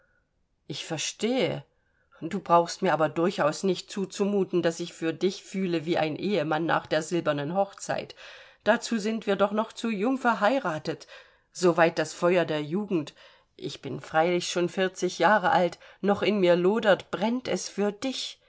ich verstehe du brauchst mir aber durchaus nicht zuzumuten daß ich für dich fühle wie ein ehemann nach der silbernen hochzeit dazu sind wir doch noch zu jung verheiratet so weit das feuer der jugend ich bin freilich schon vierzig jahre alt noch in mir lodert brennt es für dich